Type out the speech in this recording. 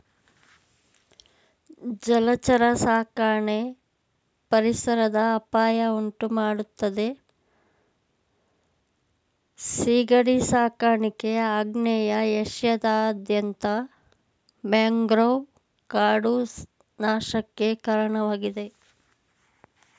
ಜಲಚರ ಸಾಕಣೆ ಪರಿಸರದ ಅಪಾಯ ಉಂಟುಮಾಡ್ತದೆ ಸೀಗಡಿ ಸಾಕಾಣಿಕೆ ಆಗ್ನೇಯ ಏಷ್ಯಾದಾದ್ಯಂತ ಮ್ಯಾಂಗ್ರೋವ್ ಕಾಡು ನಾಶಕ್ಕೆ ಕಾರಣವಾಗಿದೆ